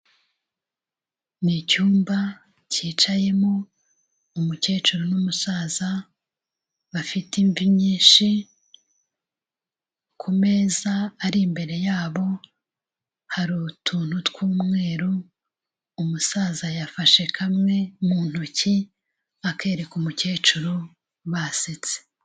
Ni icyumba cyicayemo umukecuru n'umusaza bafite imvi nyinshi, ku meza ari imbere yabo hari utuntu tw'umweru, umusaza yafashe kamwe mu ntoki akereka umukecuru basetse.